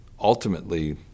Ultimately